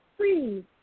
please